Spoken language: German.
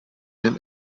den